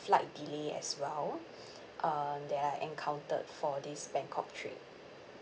flight delay as well um that I encountered for this bangkok trip